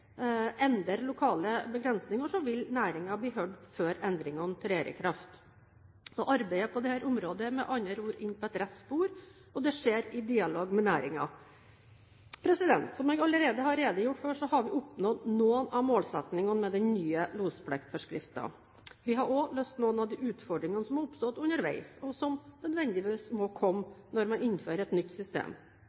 endre lokale begrensinger, vil næringen bli hørt før endringene trer i kraft. Arbeidet på dette området er, med andre ord, inne på rett spor og skjer i dialog med næringen. Som jeg allerede har redegjort for, har vi oppnådd noen av målsettingene med den nye lospliktforskriften. Vi har også løst noen av de utfordringene som har oppstått underveis, og som nødvendigvis må komme når man innfører et nytt system.